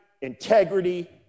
integrity